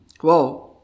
Whoa